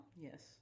Yes